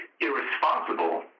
irresponsible